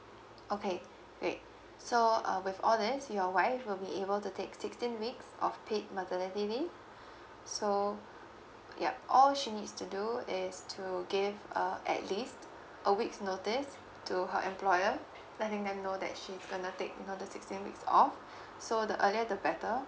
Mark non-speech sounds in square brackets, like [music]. okay great so uh with all these your wife will be able to take sixteen weeks of paid maternity leave [breath] so yup all she needs to do is to give a at least a week's notice to her employer letting them know that she gonna take you know the sixteen week off [breath] so the earlier the better